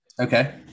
Okay